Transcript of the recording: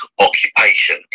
occupation